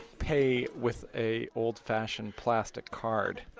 pay with a old-fashioned plastic card?